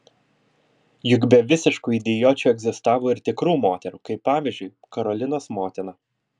juk be visiškų idiočių egzistavo ir tikrų moterų kaip pavyzdžiui karolinos motina